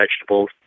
vegetables